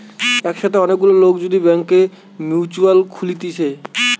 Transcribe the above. একসাথে অনেক গুলা লোক যদি ব্যাংকে মিউচুয়াল খুলতিছে